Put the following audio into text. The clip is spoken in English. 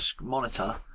monitor